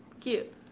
cute